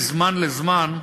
מזמן לזמן,